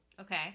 Okay